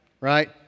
right